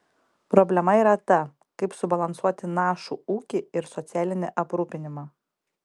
problema yra ta kaip subalansuoti našų ūkį ir socialinį aprūpinimą